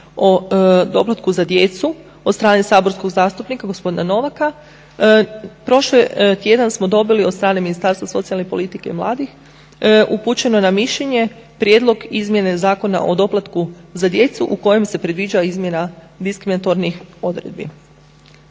o doplatku za djecu od strane saborskog zastupnika gospodina Novaka, prošli tjedan smo dobili od strane Ministarstva socijalne politike i mladih upućeno je na mišljenje prijedlog izmjene Zakona o doplatku za djecu u kojem se predviđa izmjena diskriminatornih odredbi.